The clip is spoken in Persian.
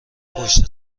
پشت